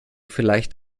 vielleicht